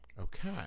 Okay